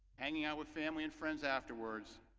hanging out with family and friends afterwards.